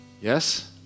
Yes